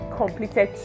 completed